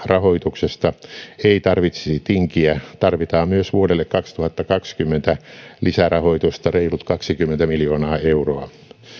rahoituksesta ei tarvitsisi tinkiä tarvitaan myös vuodelle kaksituhattakaksikymmentä lisärahoitusta reilut kaksikymmentä miljoonaa euroa